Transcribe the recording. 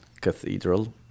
Cathedral